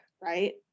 right